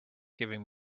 giving